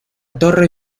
torre